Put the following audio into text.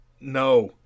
No